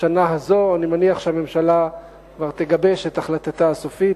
השנה הזאת הממשלה כבר תגבש את החלטתה הסופית,